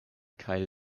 kaj